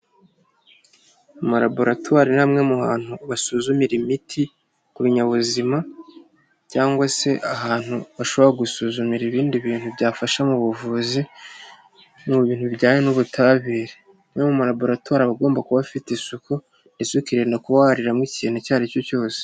Amalaboratwari ni hamwe mu hantu basuzumira imiti ku binyabuzima, cyangwa se ahantu bashobora gusuzumira ibindi bintu byafasha mu buvuzi, no bintu bijyanye n'ubutabire no mu malaboratwari agomba kuba afite isuku ndetse ukirinda kuba wariramo ikintu icyo ari cyo cyose.